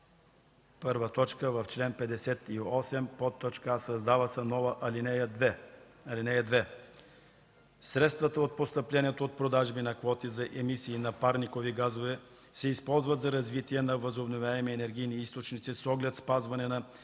1. В чл. 58: а) създава се нова ал. 2: „(2) Средствата от постъпления от продажби на квоти за емисии на парникови газове се използват за развитие на възобновяемите енергийни източници с оглед спазване на